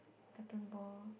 captains ball